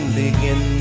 begin